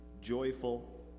joyful